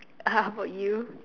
how about you